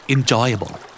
Enjoyable